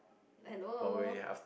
hello